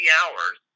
hours